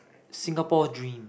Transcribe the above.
Singapore dream